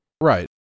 Right